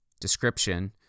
description